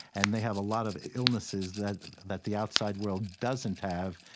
and they have a lot of illnesses that that the outside world doesn't have,